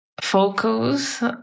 focus